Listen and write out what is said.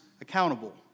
accountable